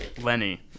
Lenny